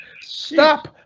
Stop